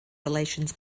relations